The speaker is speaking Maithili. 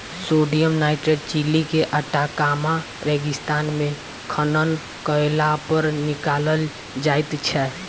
सोडियम नाइट्रेट चिली के आटाकामा रेगिस्तान मे खनन कयलापर निकालल जाइत छै